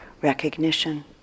recognition